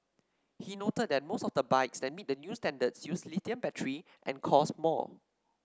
he noted that most of the bikes that meet the new standards use lithium batteries and cost more